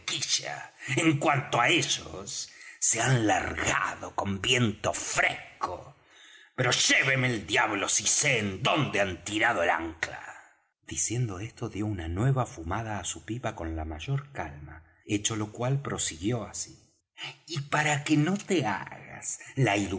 en cuanto á ellos se han largado con viento fresco pero lléveme el diablo si sé en donde han tirado el ancla diciendo esto dió una nueva fumada á su pipa con la mayor calma hecho lo cual prosiguió así y para que no te hagas la